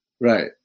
Right